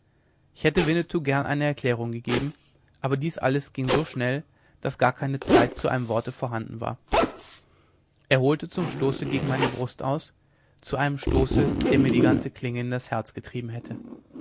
ich hätte winnetou gern eine erklärung gegeben aber dies alles ging so schnell daß gar keine zeit zu einem worte vorhanden war er holte zum stoße gegen meine brust aus zu einem stoße der mir die ganze klinge in das herz getrieben hätte